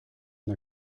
une